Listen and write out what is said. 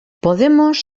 podemos